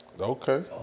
Okay